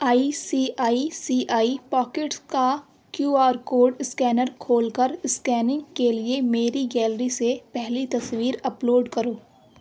آئی سی آئی سی آئی Pockets کا QR code scanner کھول کر اسکیننگ کے لیے میری گیلری سے پہلی تصویر اپ لوڈ کرو